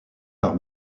par